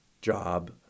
job